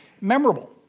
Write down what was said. memorable